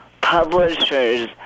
publishers